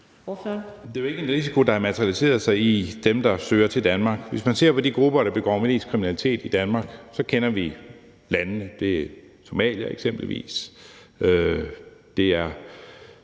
Det er jo ikke en risiko, der materialiserer sig i dem, der søger til Danmark. Hvis man ser på de grupper, der begår mest kriminalitet i Danmark, kender vi landene. Det er Somalia, eksempelvis.